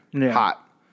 Hot